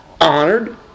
Honored